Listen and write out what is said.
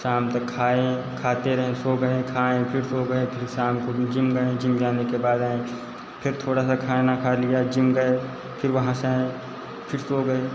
शाम तक खाए खाते रहे सो गए खा फिर सो गए फिर शाम को भी जिम गए जिम जाने के बाद आए फिर थोड़ा सा खाना खा लिया जिम गए फिर वहाँ से आए फिर सो गए